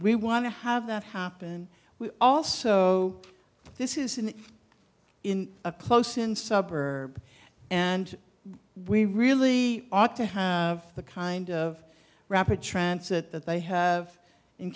we want to have that happen we also this is an in a close in suburb and we really ought to have the kind of rapid transit that they have in